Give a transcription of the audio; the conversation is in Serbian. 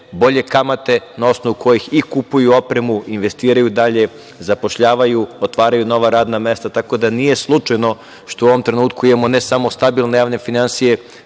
bolje kamate na osnovu kojih i kupuju opremu, investiraju dalje, zapošljavaju, otvaraju nova radna mesta. Tako da, nije slučajno što u ovom trenutku imamo, ne samo stabilne javne finansije,